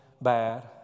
bad